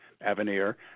Avenir